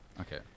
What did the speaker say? okay